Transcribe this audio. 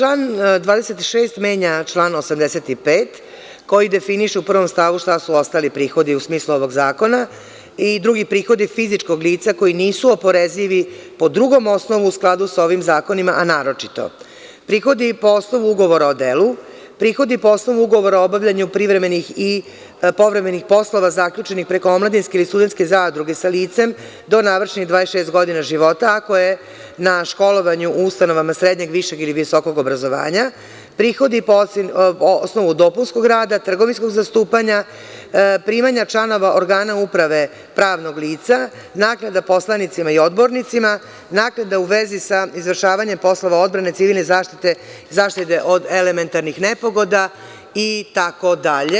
Član 26. menja član 85. koji definiše u 1. stavu šta su ostali prihodi u smislu ovog Zakona i drugi prihodi fizičkog lica koji nisu oporezivi, po drugom osnovu u skladu sa ovim zakonima, a naročito – prihodi po osnovu ugovora o delu, prigovori po osnovu ugovora o obavljanju privremenih i povremenih poslova zaključenih preko omladinske i studentske zadruge, sa licem do navršenih 26 godina života, ako je na školovanju u ustanovama srednjeg, višeg ili visokog obrazovanja, prihodi po osnovu dopunskog rada, trgovinskog zastupanja, i primanja članova organa uprave pravnog lica, naknada poslanicima i odbornicima, naknada u vezi sa izvršavanjem poslova odbrane civilne zaštite i zaštite od elementarnih nepogoda itd.